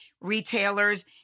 retailers